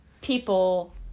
people